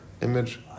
image